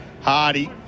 Hardy